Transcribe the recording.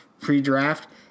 pre-draft